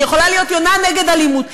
היא יכולה להיות יונה נגד אלימות.